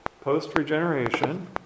Post-regeneration